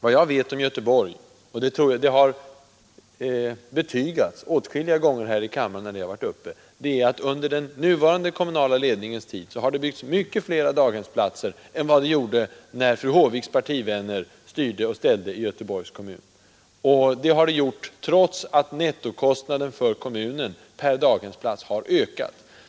Vad jag vet om Göteborg — och det har betygats åtskilliga gånger här i kammaren när frågan varit uppe — är att det under den nuvarande kommunala ledningens tid har byggts mycket fler daghemsplatser än när fru Håviks partivänner styrde och ställde i Göteborgs kommun — och detta trots att nettokostnaden för kommunens daghemsplatser har ökat.